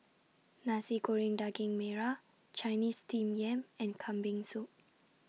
Nasi Goreng Daging Merah Chinese Steamed Yam and Kambing Soup